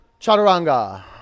chaturanga